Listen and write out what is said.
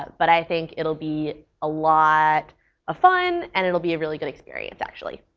but i think it'll be a lot of fun and it'll be a really good experience actually.